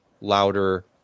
louder